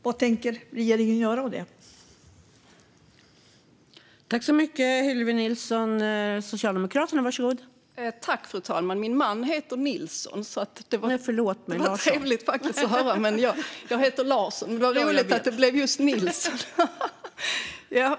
Vad tänker regeringen göra åt detta?